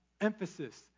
emphasis